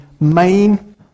main